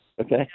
Okay